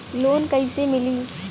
Loan कईसे मिली?